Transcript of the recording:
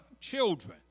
children